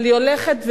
אבל היא הולכת וגדלה.